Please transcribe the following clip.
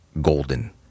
golden